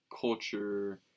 culture